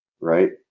right